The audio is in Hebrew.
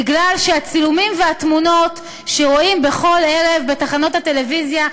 בגלל הצילומים והתמונות שרואים בכל ערב בתחנות הטלוויזיה,